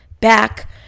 back